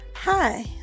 Hi